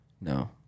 No